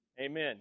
amen